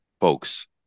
folks